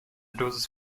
dosis